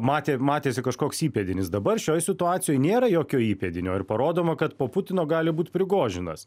matė matėsi kažkoks įpėdinis dabar šioj situacijoj nėra jokio įpėdinio ir parodoma kad po putino gali būt prigožinas